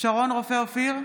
שרון רופא אופיר,